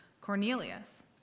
Cornelius